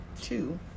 two